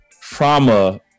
trauma